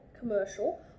commercial